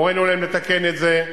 הורינו להם לתקן את זה,